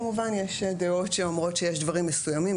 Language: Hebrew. כמובן יש דעות שאומרות שיש דברים מסוימים,